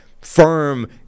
firm